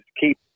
keep